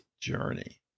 journey